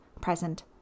present